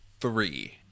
Three